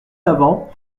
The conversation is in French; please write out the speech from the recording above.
avant